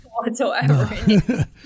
whatsoever